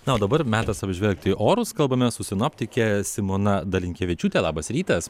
na o dabar metas apžvelgti orus kalbame su sinoptike simona dalinkevičiūte labas rytas